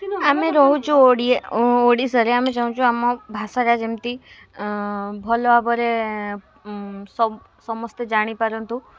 ଆମେ ରହୁଛୁ ଓଡ଼ିଆ ଓଡ଼ିଶାରେ ଆମେ ଚାହୁଁଛୁ ଆମ ଭାଷାଟା ଯେମିତି ଭଲ ଭାବରେ ସମ ସମସ୍ତେ ଜାଣିପାରନ୍ତୁ